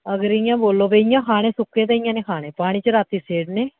अगर इ'यां बोल्लो इ'यां खाने सुक्के ते इ'यां निं खाने पानी च सेड़ने